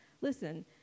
Listen